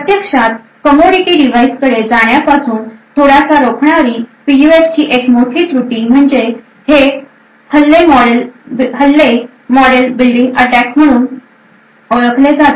प्रत्यक्षात कमोडिटी डिव्हाइसकडे जाण्यापासून थोडासा रोखणारी पीयूएफची एक मोठी त्रुटी म्हणजे हे हल्ले मॉडेल बिल्डिंग अटॅक म्हणून ओळखले जातात